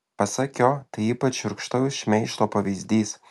pasak jo tai ypač šiurkštaus šmeižto pavyzdys